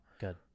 Good